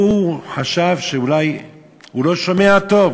ההוא חשב שאולי הוא לא שומע טוב.